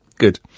good